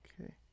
Okay